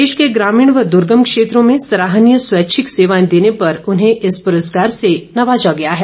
प्रदेश के ग्रामीण व दूर्गम क्षेत्रों में सराहनीय स्वैच्छिक सेवाएं देने पर उन्हें इस पुरस्कार से नवाजा गया है